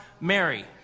Mary